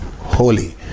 holy